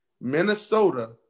Minnesota